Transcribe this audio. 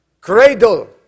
cradle